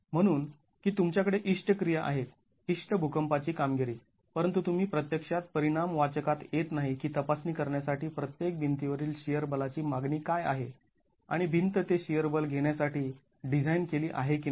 म्हणून की तुमच्याकडे इष्ट क्रिया आहेत इष्ट भूकंपाची कामगिरी परंतु तुम्ही प्रत्यक्षात परिणाम वाचकांत येत नाही की तपासणी करण्यासाठी प्रत्येक भिंती वरील शिअर बलाची मागणी काय आहे आणि भिंत ते शिअर बल घेण्यासाठी डिझाईन केली आहे की नाही